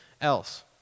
else